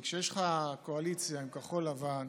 כשיש לך קואליציה עם כחול לבן,